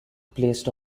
placed